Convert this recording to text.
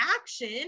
action